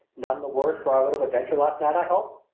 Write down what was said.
none the worse for our little adventure last night, i hope?